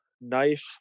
knife